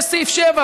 ויש סעיף 7,